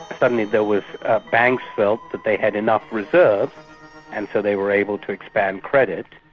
suddenly there was banks felt that they had enough reserves and so they were able to expand credit,